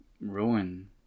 ruin